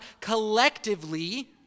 collectively